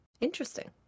interesting